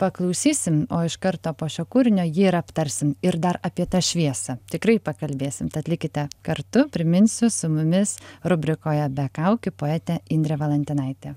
paklausysim o iš karto po šio kūrinio jį ir aptarsim ir dar apie tą šviesą tikrai pakalbėsim tad likte kartu priminsiu su mumis rubrikoje be kaukių poetė indrė valantinaitė